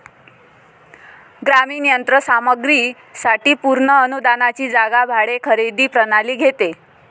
ग्रामीण यंत्र सामग्री साठी पूर्ण अनुदानाची जागा भाडे खरेदी प्रणाली घेते